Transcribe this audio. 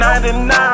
99